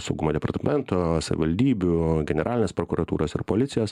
saugumo departamento savivaldybių generalinės prokuratūros ir policijos